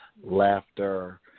laughter